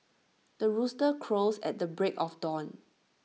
the rooster crows at the break of dawn